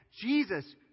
Jesus